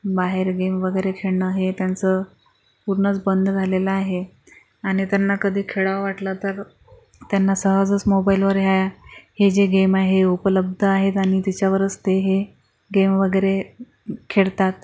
बाहेर गेम वगैरे खेळणं हे त्यांचं पूर्णच बंद झालेलं आहे आणि त्यांना कधी खेळावं वाटलं तर त्यांना सहजच मोबाईलवर ह्या हे जे गेम आहे हे उपलब्ध आहेत आणि त्याच्यावरच ते हे गेम वगैरे खेळतात